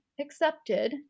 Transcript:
accepted